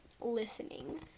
listening